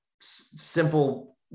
simple